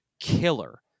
killer